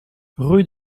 rue